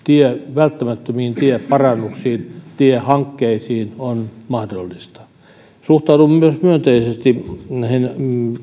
välttämättömiin tieparannuksiin ja tiehankkeisiin on mahdollista suhtaudun myös myönteisesti näihin